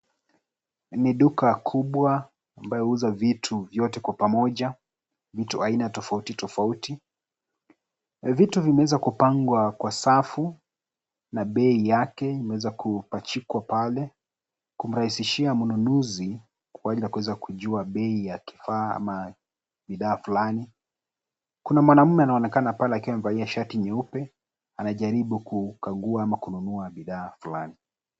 Ni duka kubwa ambayo huuza vitu yote kwa pamoja, vitu aina tofauti tofauti. Vitu vimeweza kupangwa kwa safu na bei yake imeweza kupachikwa pale, kumrahisishia mnunuzi kuanza kuweza kujua bei ya kifaa ama bidhaa fulani. Kuna mwanaume anaonekana pale akiwa amevalia shati nyeupe, anajaribu kukagua ama kununua bidhaa fulani.